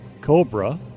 cobra